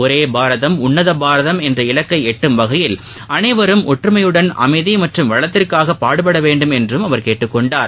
ஒரே பாரதம் உள்ளத பாரதம் என்ற இலக்கை எட்டும் வகையில் அனைவரும் ஒற்றுமையுடன் அமைதி மற்றும் வளத்திற்காக பாடுபட வேண்டும் என்றும் அவர் கேட்டுக்கொண்டார்